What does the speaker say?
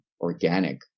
organic